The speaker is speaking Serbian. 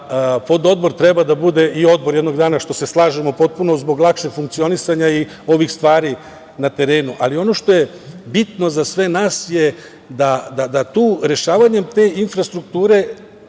pododbor treba da bude i odbor jednog dana, što se slažemo potpuno, zbog lakšeg funkcionisanja i ovih stvari na terenu. Ali ono što je bitno za sve nas je da rešavanjem te infrastrukture,